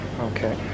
Okay